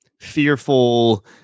fearful